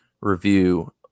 review